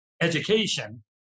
education